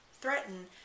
threaten